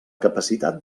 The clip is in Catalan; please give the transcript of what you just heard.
capacitat